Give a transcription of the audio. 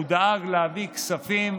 הוא דאג להביא כספים,